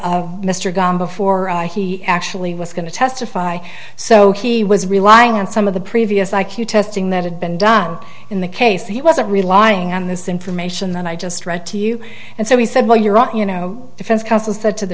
the mr gone before he actually was going to testify so he was relying on some of the previous i q to resting that had been done in the case he wasn't relying on this information that i just read to you and so he said well you're right you know defense counsel said to the